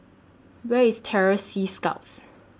Where IS Terror Sea Scouts